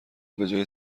بجای